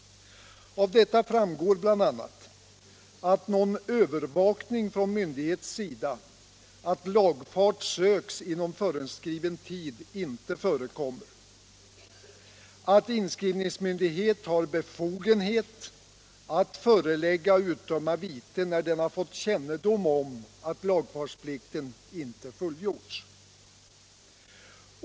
Av detta framgår bl.a. att någon övervakning från myndighets sida att lagfart söks inom föreskriven tid inte förekommer samt att inskrivningsmyndighet har befogenhet att förelägga och utdöma vite när den fått kännedom om att lagfartsplikten inte fullgjorts.